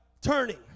turning